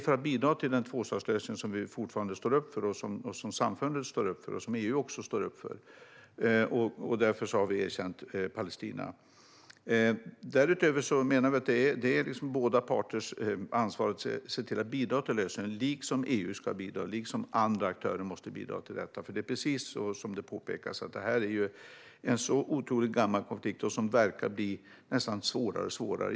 För att bidra till den tvåstatslösning som vi fortfarande står upp för och som samfundet och EU står upp för har vi erkänt Palestina. Därutöver menar vi att det är båda parters ansvar att bidra till lösningen. EU och andra aktörer måste också bidra. Precis som du påpekar är det en otroligt gammal konflikt. Och den verkar nästan bli allt svårare.